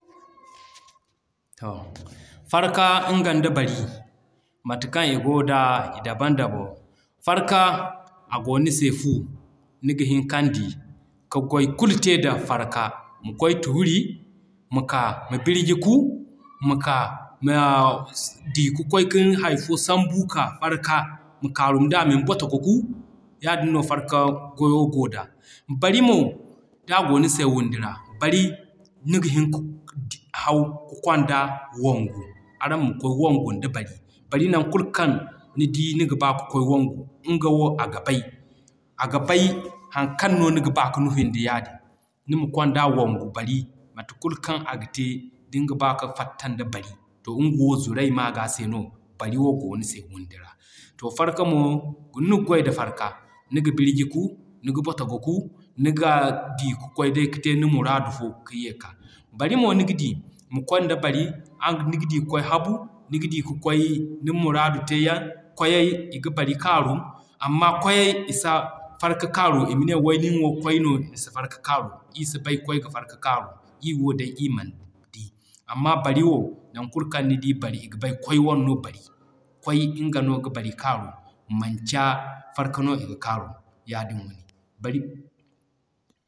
Farka nga nda Bari mate kaŋ i goo da i daban daban. Farka, a goo ni se fu. Niga hin kaŋ d'i ka gwaay kulu te da Farka. Ma kwaay tuuri, ma kaa ma birji kuu, ma kaa ma d'i ka kwaay kin hay fo sambu k'a. Farka ma kaarum da min botogo kuu. Yaadin no Farka gwayo goo da. Bari mo d'a goo ni se windi ra, Bari niga hin ka haw ka kwanda wangu, araŋ ma kwaay wangu nda Bari. Bari non kulu kaŋ ni di niga ba ka kwaay wangu, nga wo aga bay. Aga bay haŋ kaŋ no niga ba ka nufin da yaadin. Nima kwanda wangu Bari, mate kulu kaŋ aga te din ga ba ka fattan da bari. To nga wo zurey m'a g'a se no Bari wo goo ni se windi ra. Farka mo, niga gwaay da farka, niga birji kuu, niga botogo kuu, nigaa d'i ka kwaay day ka te ni muraadu fo te ka ye ka. Bari mo niga di, ma kwanda Bari araŋ niga di kwaay habu, niga di ka kwaay ni muraadu teeyaŋ, kwayey i ga Bari kaaru amma kwayey i si farka kaaru ima ne nin wo kway no ni si farka kaaru, ii si bay kway ga farka kaaru ii wo kay ii mana di. Amma Bari wo non kulu kaŋ ni di Bari, i ga bay kway wane no Bari, Kway nga no ga Bari kaaru, manci farka no i ga kaaru.